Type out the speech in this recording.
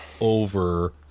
over